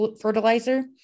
fertilizer